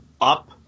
up